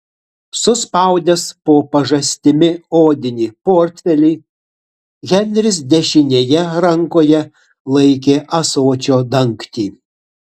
suspaudęs po pažastimi odinį portfelį henris dešinėje rankoje laikė ąsočio dangtį